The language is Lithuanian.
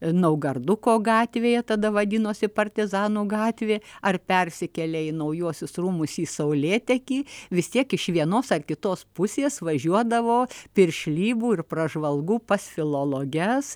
naugarduko gatvėje tada vadinosi partizanų gatvė ar persikėlė į naujuosius rūmus į saulėtekį vis tiek iš vienos ar kitos pusės važiuodavo piršlybų ir pražvalgų pas filologes